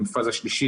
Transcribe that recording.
הן בפאזה שלישית,